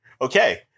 Okay